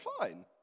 fine